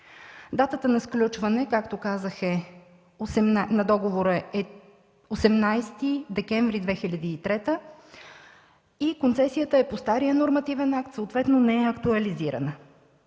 Датата на сключване на договора е 18 декември 2003 г. и концесията е по стария нормативен акт, съответно не е актуализирана.